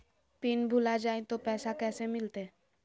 Pin भूला जाई तो पैसा कैसे मिलते?